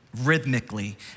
rhythmically